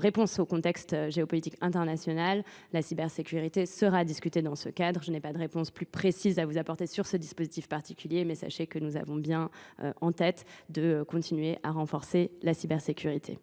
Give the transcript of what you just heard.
débats sur le contexte géopolitique international : la cybersécurité sera abordée dans ce cadre. Je n’ai pas de réponse plus précise à vous apporter sur ce dispositif particulier, mais sachez que nous avons bien en tête la nécessité de continuer à renforcer la cybersécurité.